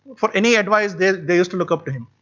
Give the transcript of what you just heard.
for any advice they they used to look up to him.